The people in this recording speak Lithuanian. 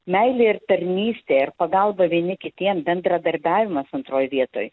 meilė ir tarnystė ir pagalba vieni kitiem bendradarbiavimas antroj vietoj